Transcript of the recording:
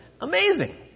Amazing